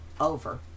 over